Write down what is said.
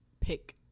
pick